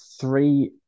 three